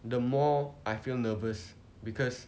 the more I feel nervous because